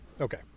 Okay